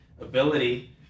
ability